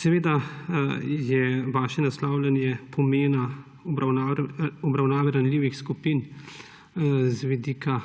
Seveda je vaše naslavljanje pomena obravnave ranljivih skupin z vidika